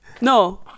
No